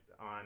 on